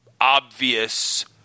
obvious